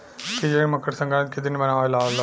खिचड़ी मकर संक्रान्ति के दिने बनावे लालो